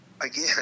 Again